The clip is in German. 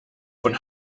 von